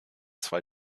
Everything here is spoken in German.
zwei